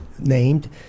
Named